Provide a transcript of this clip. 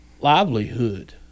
livelihood